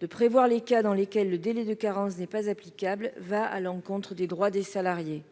de prévoir les cas dans lesquels le délai de carence n'est pas applicable va à l'encontre des droits des salariés.